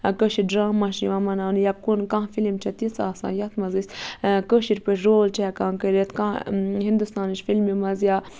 کٲشِر drama چھِ یِوان مناونہٕ یا کُن کانٛہہ فِلِم چھےٚ تِژھ آسان یَتھ منٛز أسۍ کٲشِر پٲٹھۍ رول چھِ ہٮ۪کان کٔرِتھ کانٛہہ ہِنٛدُستانٕچ فِلمہِ منٛز یا